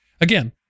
Again